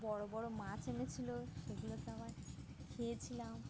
বড় বড় মাছ এনেছিলো সেগুলো তো আমরা খেয়েছিলাম